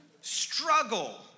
struggle